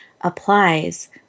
applies